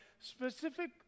specific